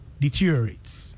Deteriorates